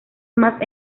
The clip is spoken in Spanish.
más